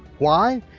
why,